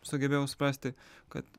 sugebėjau suprasti kad